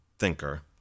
thinker